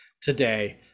today